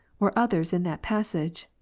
or others in that passage,